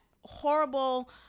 horrible